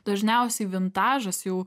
dažniausiai vintažas jau